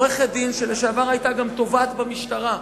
עורכת-דין, לשעבר היתה גם תובעת במשטרה,